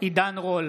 עידן רול,